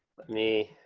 me